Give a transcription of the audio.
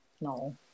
No